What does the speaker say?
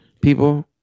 people